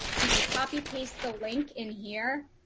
you can copy paste the link in here,